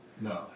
No